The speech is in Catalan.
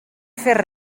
fer